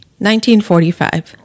1945